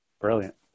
Brilliant